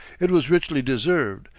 it was richly deserved.